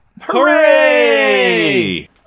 Hooray